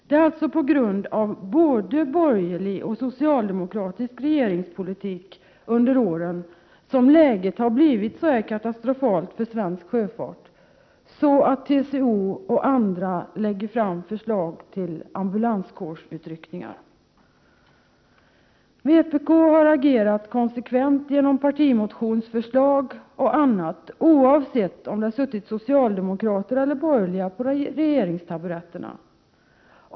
Det är alltså på grund av både borgerlig och socialdemokratisk regeringspolitik under åren som läget blivit så katastrofalt för svensk sjöfart att TCO och andra lägger fram förslag till ambulansutryckningar. Vpk har agerat lika konsekvent genom partimotionsförslag och annat oavsett om det suttit socialdemokrater eller borgerliga på regeringstaburetterna.